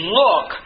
look